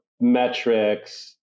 metrics